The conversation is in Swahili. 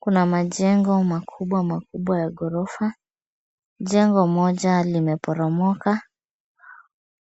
Kuna majengo makubwa makubwa aya ghorofa. Jengo moja limeporomoka.